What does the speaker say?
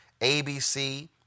ABC